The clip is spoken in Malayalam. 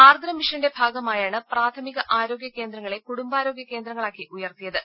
ആർദ്രം മിഷന്റെ ഭാഗമായാണ് പ്രാഥമിക ആരോഗ്യ കേന്ദ്രങ്ങളെ കുടുംബാരോഗ്യ കേന്ദ്രങ്ങളാക്കി ഉയർത്തിയത്